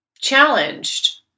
challenged